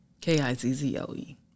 k-i-z-z-o-e